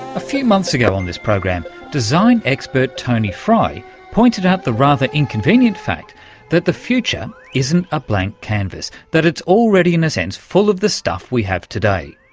a few months ago on this program, design expert tony fry pointed out the rather inconvenient fact that the future isn't a blank canvas, that it's already, in a sense, full of the stuff we have today.